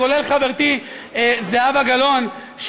כולל חברתי זהבה גלאון,